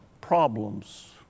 problems